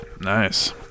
Nice